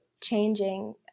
changing